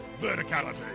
Verticality